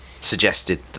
suggested